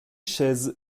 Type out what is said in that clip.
chaises